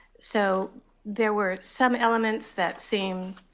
so there were some elements that seemed